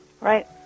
Right